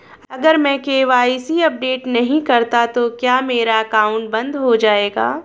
अगर मैं KYC update नहीं करता तो क्या मेरा अकाउंट बंद हो जाएगा?